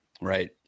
Right